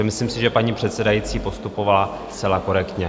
Takže myslím si, že paní předsedající postupovala zcela korektně.